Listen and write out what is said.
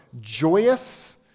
joyous